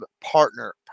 Partner